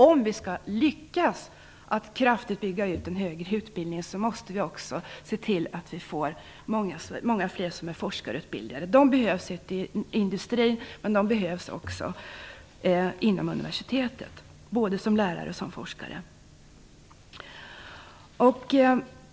Om vi skall lyckas att kraftigt bygga ut den högre utbildningen måste vi också se till att vi får många fler forskarutbildade. De behövs i industrin, men de behövs också inom universitetet - både som lärare och som forskare.